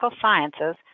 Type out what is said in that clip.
Sciences